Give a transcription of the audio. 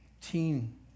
teen